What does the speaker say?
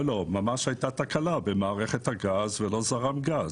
ממש הייתה תקלה במערכת הגז, ולא זרם גז.